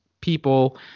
people